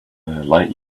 light